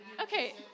okay